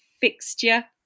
Fixture